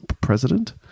president